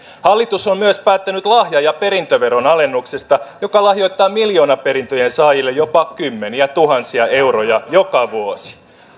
hallitus on myös päättänyt lahja ja perintöveron alennuksesta joka lahjoittaa miljoonaperintöjen saajille jopa kymmeniätuhansia euroja joka vuosi